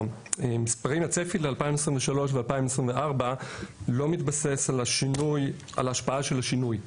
הצפי ל-2023 ו-2024 לא מתבסס על ההשפעה של השינוי.